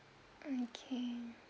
okay